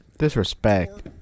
Disrespect